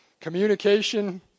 Communication